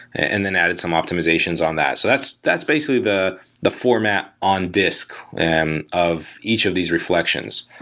and then added some optimizations on that. so that's that's basically the the format on disc and of each of these reflections.